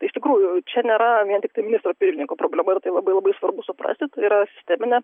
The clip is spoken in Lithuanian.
tai iš tikrųjų čia nėra vien tiktai ministro pirmininko problema ir tai labai labai svarbu suprasti tai yra sisteminė